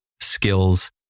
skills